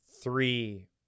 three